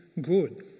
good